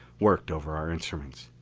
worked over our instruments.